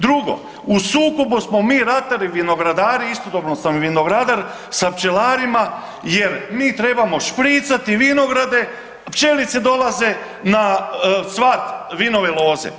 Drugo, u sukobu smo mi ratari i vinogradari, istodobno sam i vinogradar, sa pčelarima jer mi trebamo špricati vinograde, a pčelice dolaze na cvat vinove loze.